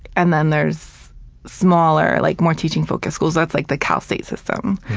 and then there's smaller, like more teaching-focused schools. that's like the cal state system.